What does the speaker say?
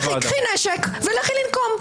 קחי נשק ולכי לנקום.